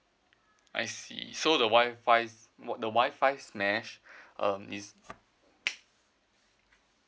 I see so the wifi what the wifi mesh uh is